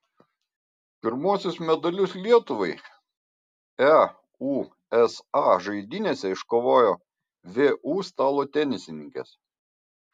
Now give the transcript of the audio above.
pirmuosius medalius lietuvai eusa žaidynėse iškovojo vu stalo tenisininkės